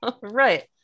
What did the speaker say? Right